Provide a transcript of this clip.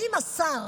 האם השר